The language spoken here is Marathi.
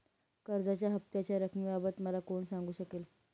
कर्जाच्या हफ्त्याच्या रक्कमेबाबत मला कोण सांगू शकेल?